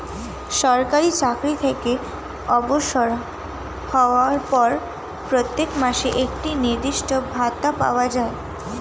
সরকারি চাকরি থেকে অবসর হওয়ার পর প্রত্যেক মাসে একটি নির্দিষ্ট ভাতা পাওয়া যায়